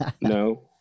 No